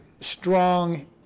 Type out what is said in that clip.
strong